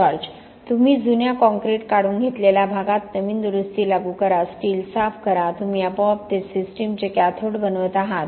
George तुम्ही जुन्या concrete काढून घेतलेल्या भागात नवीन दुरुस्ती लागू करा स्टील साफ करा तुम्ही आपोआप ते सिस्टमचे कॅथोड बनवत आहात